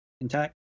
intact